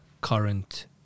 current